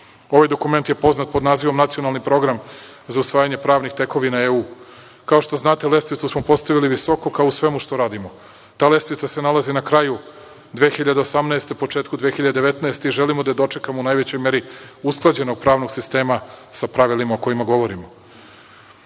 Ovaj dokument je poznat pod nazivom – Nacionalni program za usvajanje pravnih tekovina EU. Kao što znate, lestvicu smo postavili visoko kao u svemu što radimo. Ta lestvica se nalazi na kraju 2018. i početku 2019. godine i želimo da je dočekamo u najvećoj meri usklađenog pravnog sistema sa pravilima o kojima govorimo. Kako